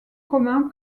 communs